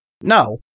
No